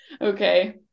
Okay